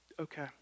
Okay